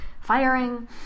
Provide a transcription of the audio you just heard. firing